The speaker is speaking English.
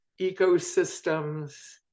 ecosystems